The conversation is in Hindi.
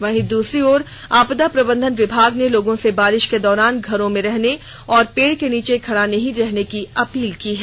वहीं दूसरी ओर आपदा प्रबंधन विभाग ने लोगों से बारिश के दौरान घरों में रहने और पेड़ के नीचे खड़ा नहीं रहने की अपील की है